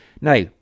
Now